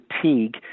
fatigue